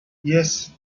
yes